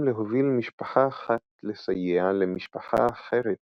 להוביל משפחה אחת לסייע למשפחה אחרת